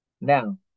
Now